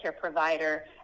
provider